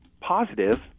positive